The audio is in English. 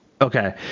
Okay